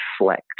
reflect